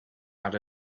had